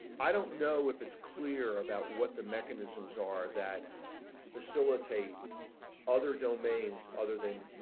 i don't know if it's clear about what the mechanisms are that facilitate other domains other than